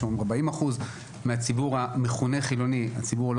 יש לנו 40% מהציבור המכונה חילוני- הציבור הלא